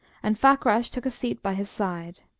and fakrash took a seat by his side.